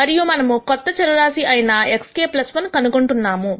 మరియు మనము కొత్త చర రాశి అయినాxk1 కనుగొంటున్నాము